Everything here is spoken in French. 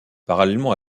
parallèlement